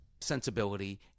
sensibility